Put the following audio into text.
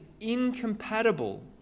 incompatible